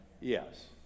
Yes